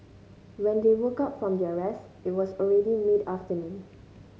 when they woke up from their rest it was already mid afternoon